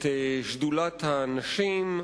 את שדולת הנשים,